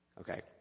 Okay